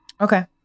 Okay